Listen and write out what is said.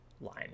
line